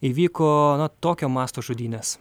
įvyko na tokio masto žudynės